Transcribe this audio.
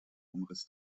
umriss